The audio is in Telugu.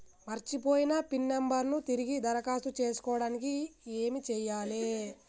మర్చిపోయిన పిన్ నంబర్ ను తిరిగి దరఖాస్తు చేసుకోవడానికి ఏమి చేయాలే?